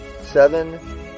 seven